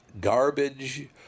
garbage